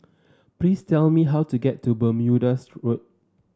please tell me how to get to Bermuda's Road